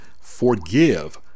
forgive